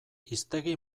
hiztegi